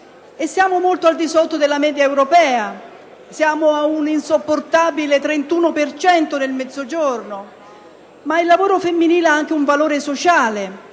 Siamo molto al di sotto della media europea, ossia a un insopportabile 31 per cento nel Mezzogiorno. Il lavoro femminile ha anche un valore sociale,